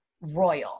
royal